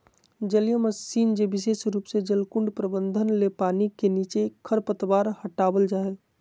जलीय मशीन जे विशेष रूप से जलकुंड प्रबंधन ले पानी के नीचे खरपतवार हटावल जा हई